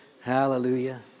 Hallelujah